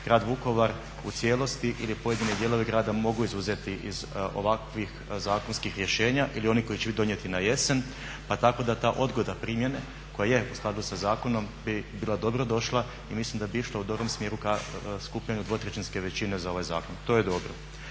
grad Vukovar u cijelosti ili pojedini dijelovi grada mogu izuzeti iz ovakvih zakonskih rješenja ili oni koji će biti donijeti na jesen. Pa tako da ta odgoda primjene koja je u skladu sa zakonom bi bila dobrodošla i mislim da bi išla u dobrom smjeru ka skupljanju dvotrećinske većine za ovaj zakon. To je dobro.